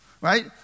right